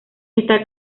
está